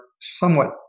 somewhat